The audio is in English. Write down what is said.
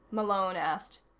malone asked.